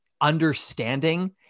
understanding